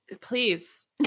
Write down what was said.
please